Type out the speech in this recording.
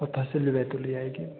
और तहसील भी बैतूल ही आएगी